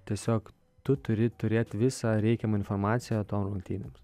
tiesiog tu turi turėti visą reikiamą informaciją tom rungtynėms